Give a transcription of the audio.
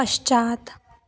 पश्चात्